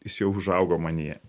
jis jau užaugo manyje